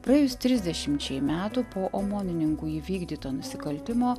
praėjus trisdešimčiai metų po omonininkų įvykdyto nusikaltimo